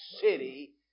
city